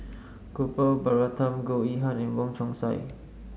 Gopal Baratham Goh Yihan and Wong Chong Sai